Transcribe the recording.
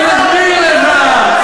אז אני מסביר לך.